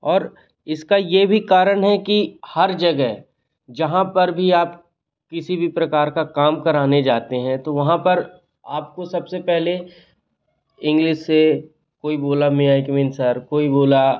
और इसका ये भी करण है कि हर जगह जहाँ पर भी आप किसी भी प्रकार का काम कराने जाते हैं तो वहाँ पर आपको सबसे पहले इंग्लिस से कोई बोला मैं आई कमिन सर कोई बोला